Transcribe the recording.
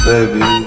Baby